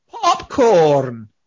Popcorn